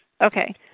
Okay